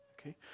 okay